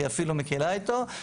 היא אפילו מקלה איתו.